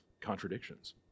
contradictions